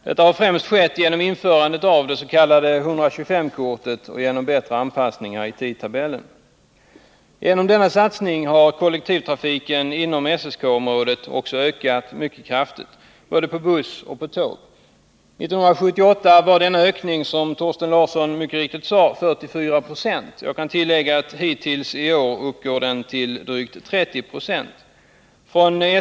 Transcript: Detta har främst skett genom införandet av det s.k. 125-kortet och genom bättre anpassningar i tidtabellerna. Genom denna satsning har kollektivtrafiken inom SSK området också ökat mycket kraftigt när det gäller både buss och tåg. 1978 var denna ökning, som Thorsten Larsson mycket riktigt sade, 44 96. Jag kan tillägga att den hittills i år uppgår till drygt 30 26.